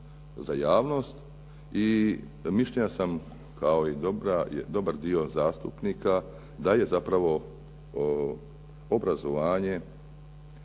za javnost i mišljenja sam kao i dobar dio zastupnika da je zapravo obrazovanje,